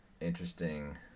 interesting